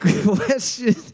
Question